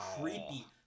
creepy